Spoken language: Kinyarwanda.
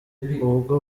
ubwo